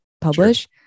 publish